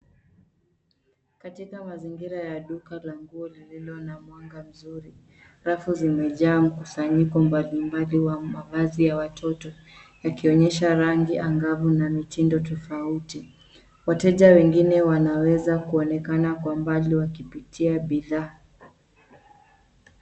Katika mazingira ya duka la nguo lililo na mwanga mzuri rafu zimejaa mkusanyiko mbalimbali ya mavazi ya watoto yakionyesha rangi angavu na miundo tofauti. Wateja wengine wanaweza kunaonekana kwa mbali wakipitia bidhaa.